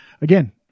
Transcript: Again